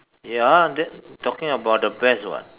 ya that talking about the best [what]